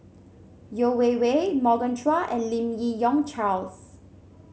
Yeo Wei Wei Morgan Chua and Lim Yi Yong Charles